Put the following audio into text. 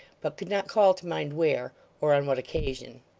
but could not call to mind where, or on what occasion.